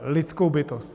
Lidskou bytost.